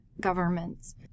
governments